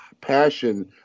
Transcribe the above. passion